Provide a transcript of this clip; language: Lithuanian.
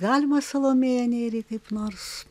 galima salomėją nėrį kaip nors